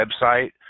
website